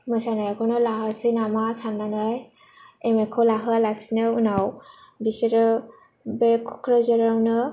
मोसानायखौनो लाहोनोसै नामा साननानै एम ए खौ लाहोआलासिनो उनाव बिसोरो बे क'क्राझारावनो